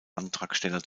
antragsteller